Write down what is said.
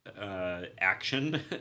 action